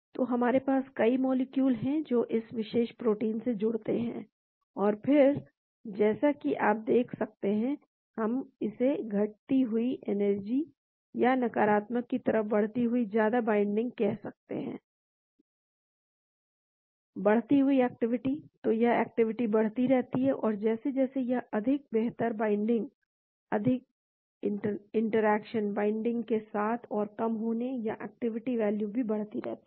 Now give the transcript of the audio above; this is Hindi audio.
तो हमारे पास कई मॉलिक्यूल हैं जो इस विशेष प्रोटीन से जुड़ते हैं और फिर जैसा कि आप देख सकते हैं हम इसे घटती हुई एनर्जी या नकारात्मक की तरफ बढ़ती हुई ज्यादा बाइंडिंग कह सकते हैं बढ़ती हुई एक्टिविटी तो यह एक्टिविटी बढ़ती रहती है और जैसे जैसे यह अधिक बेहतर बाइंडिंग अधिक इंटरेक्शन बाइंडिंग के और कम होने या एक्टिविटी वैल्यू भी बढ़ती रहती है